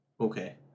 Okay